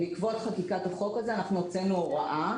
בעקבות חקיקת החוק הזה אנחנו הוצאנו הוראה,